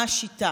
מה השיטה?